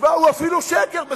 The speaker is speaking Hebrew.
הוא אפילו שקר.